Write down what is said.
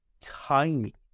tiny